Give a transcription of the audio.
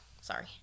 Sorry